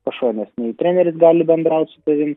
pašonės nei treneris gali bendraut su tavim